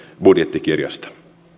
budjettikirjasta